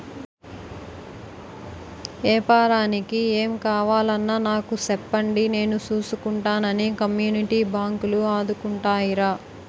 ఏపారానికి ఏం కావాలన్నా నాకు సెప్పండి నేను సూసుకుంటానని కమ్యూనిటీ బాంకులు ఆదుకుంటాయిరా